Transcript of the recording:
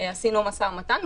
עשינו משא ומתן,